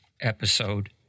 episode